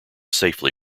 safely